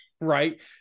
Right